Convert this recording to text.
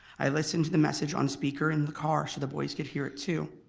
i listened to the message on speaker in the car so the boys could hear it too.